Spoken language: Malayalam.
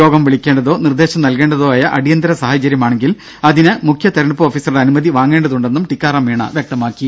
യോഗം വിളിക്കേണ്ടതോ നിർദ്ദേശം നൽകേണ്ടതോ ആയ അടിയന്തര സാഹചര്യമാണെങ്കിൽ അതിന് മുഖ്യ തിരഞ്ഞെടുപ്പ് ഓഫീസറുടെ അനുമതി വാങ്ങേണ്ടതുണ്ടെന്നും ടിക്കാറാം മീണ വ്യക്തമാക്കി